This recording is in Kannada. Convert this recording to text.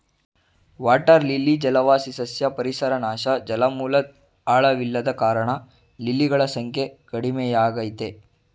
ವಾಟರ್ ಲಿಲಿ ಜಲವಾಸಿ ಸಸ್ಯ ಪರಿಸರ ನಾಶ ಜಲಮೂಲದ್ ಆಳವಿಲ್ಲದ ಕಾರಣ ಲಿಲಿಗಳ ಸಂಖ್ಯೆ ಕಡಿಮೆಯಾಗಯ್ತೆ